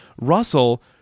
Russell